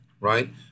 right